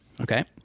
Okay